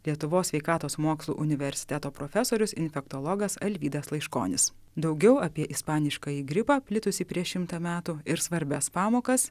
lietuvos sveikatos mokslų universiteto profesorius infektologas alvydas laiškonis daugiau apie ispaniškąjį gripą plitusį prieš šimtą metų ir svarbias pamokas